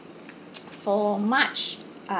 for march